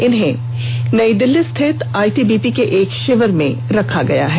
इन्हें नई दिल्ली स्थित आईटीबीपी के एक षिविर में रखा गया है